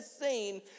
seen